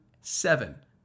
seven